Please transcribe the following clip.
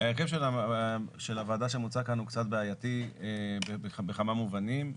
ההרכב של הוועדה שמוצע כאן הוא קצת בעייתי בכמה מובנים.